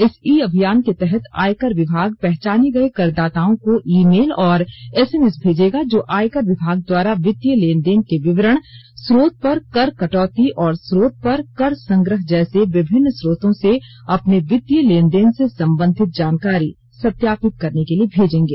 इस ई अभियान के तहत आयकर विभाग पहचाने गए करदाताओं को ई मेल और एसएमएस भेजेगा जो आयकर विभाग द्वारा वित्तीय लेनदेन के विवरण स्रोत पर कर कटौती और स्रोत पर कर संग्रह जैसे विभिन्न स्रोतों से अपने वित्तीय लेनदेन से संबंधित जानकारी सत्यापित करने के लिए भेजेंगे